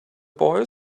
boy